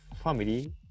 family